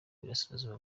burasirazuba